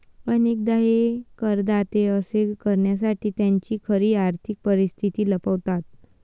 अनेकदा हे करदाते असे करण्यासाठी त्यांची खरी आर्थिक परिस्थिती लपवतात